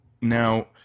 Now